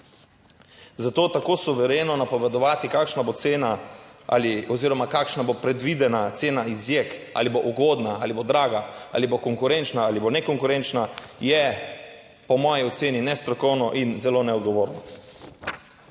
Zato tako suvereno napovedovati kakšna bo cena ali oziroma kakšna bo predvidena cena iz JEK, ali bo ugodna ali bo draga ali bo konkurenčna ali bo nekonkurenčna, je po moji oceni nestrokovno in zelo neodgovorno.